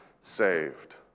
saved